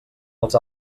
els